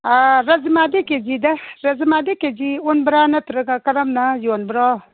ꯑꯥ ꯔꯥꯖꯃꯥꯗꯤ ꯀꯦ ꯖꯤꯗ ꯔꯥꯖꯃꯥꯗꯤ ꯀꯦ ꯖꯤ ꯑꯣꯟꯕꯔꯥ ꯅꯠꯇ꯭ꯔꯒ ꯀꯔꯝꯅ ꯌꯣꯟꯕꯔꯣ